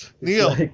Neil